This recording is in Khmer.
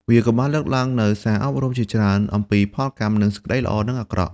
វាក៏បានលើកឡើងនូវសារអប់រំជាច្រើនអំពីផលកម្មនិងសេចក្តីល្អនិងអាក្រក់។